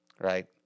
right